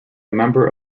member